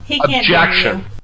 objection